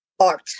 art